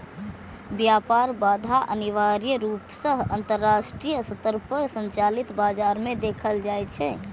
व्यापार बाधा अनिवार्य रूप सं अंतरराष्ट्रीय स्तर पर संचालित बाजार मे देखल जाइ छै